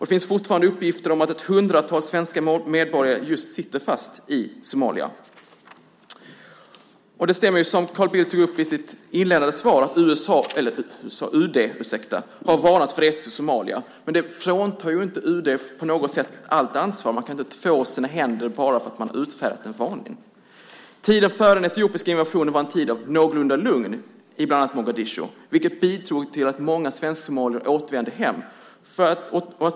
Det finns fortfarande uppgifter om att ett hundratal svenska medborgare sitter fast i Somalia. Carl Bildt sade i sitt inledande svar att UD har varnat för resor till Somalia. Men det fråntar ju inte UD allt ansvar. Man kan inte två sina händer bara för att man har utfärdat en varning. Tiden före den etiopiska invasionen var en tid av någorlunda lugn i bland annat Mogadishu. Det bidrog till att många svensk-somalier återvände hem.